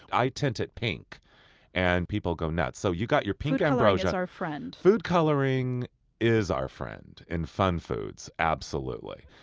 i tint it pink and people go nuts. so you've got your pink ambrosia is our friend food coloring is our friend in fun foods, absolutely.